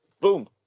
Boom